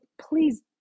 please